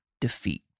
defeat